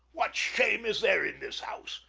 what shame is there in this house?